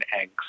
eggs